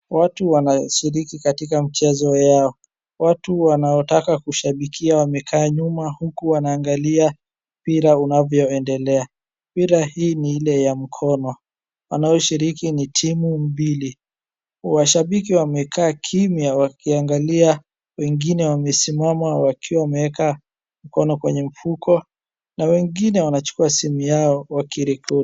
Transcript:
Watu wanashiriki katika mchezo yao. Watu wanaotaka kushabikia wamekaa nyuma huku wanaangalia mpira unavyoendelea. Mpira hii ni ile ya mkono. Wanaoshiriki ni timu mbili: washabiki wamekaa kimya wakiangalia, wengine wamesimama wakiwa wameeka mikono kwenye mfuko na wengine wanachukua simu yao wakirekodi.